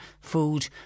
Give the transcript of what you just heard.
food